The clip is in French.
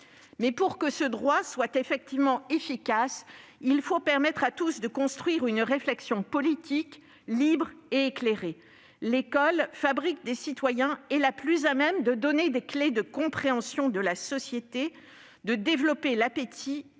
Mais pour que ce droit soit pleinement efficace, il faut permettre à tous de construire une réflexion politique libre et éclairée. L'école, « fabrique des citoyens », est la plus à même de donner les clés de compréhension de la société, de développer l'appétit